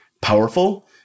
powerful